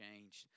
changed